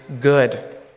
good